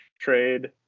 trade